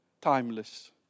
timeless